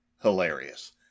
hilarious